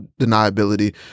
deniability